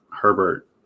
Herbert